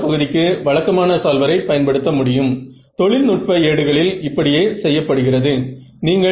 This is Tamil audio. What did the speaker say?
ஒரு ஆண்டனா வடிவமைப்பாளராக இதை என்னால் சரி செய்ய முடியாது